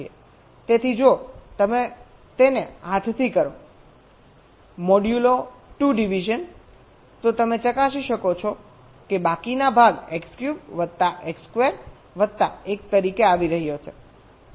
તેથી જો તમે તેને હાથથી કરો મોડ્યુલો 2 ડિવિઝન તો તમે ચકાસી શકો છો કે બાકીનો ભાગ X ક્યુબ વત્તા X સ્ક્વેર વત્તા 1 તરીકે આવી રહ્યો છે